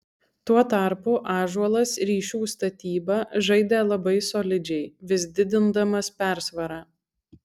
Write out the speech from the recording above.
tuo tarpu ąžuolas ryšių statyba žaidė labai solidžiai vis didindamas persvarą